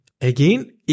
Again